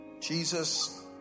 Jesus